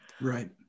right